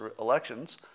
elections